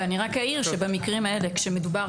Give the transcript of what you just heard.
אני רק אעיר שבמקרים האלה כאשר מדובר,